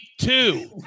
two